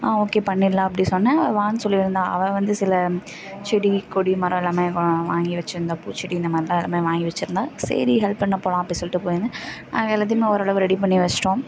ஆ okay பண்ணிடலாம் அப்படி சொன்ன அவள் வான்னு சொல்லிருந்தால் அவள் வந்து சில செடி கொடி மரம் எல்லாமே வா வாங்கி வச்சிருந்தா பூச்செடி இந்த மாதிரி தான் எல்லாமே வாங்கி வச்சிருந்தா சரி ஹெல்ப் பண்ண போகலாம் அப்படி சொல்லிட்டு போயிருந்தேன் அங்கே எல்லாத்தையுமே ஓரளவு ரெடி பண்ணி வச்சிட்டோம்